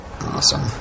Awesome